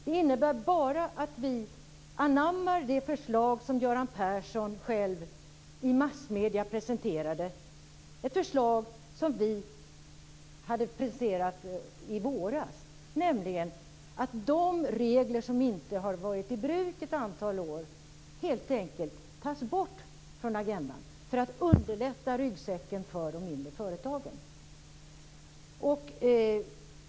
Det innebär bara att vi anammar det förslag som Göran Persson själv presenterade i massmedierna. Det är ett förslag som vi har presenterat i våras. Det innebär att de regler som inte har varit i bruk i ett antal år helt enkelt tas bort från agendan för att lätta ryggsäcken för de mindre företagen.